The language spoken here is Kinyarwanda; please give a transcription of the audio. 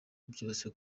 byose